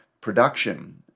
production